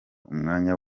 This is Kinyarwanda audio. umwanya